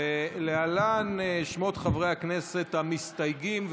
ולהלן שמות חברי הכנסת המסתייגים.